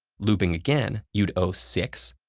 looping again you'd owe six,